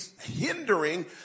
hindering